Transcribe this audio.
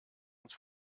uns